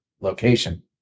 location